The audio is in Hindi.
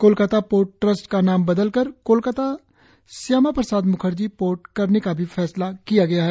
कोलकाता पोर्ट ट्रस्ट का नाम बदलकर कोलकाता श्यामा प्रसाद म्खर्जी पोर्ट करने का भी फैसला किया गया है